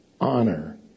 honor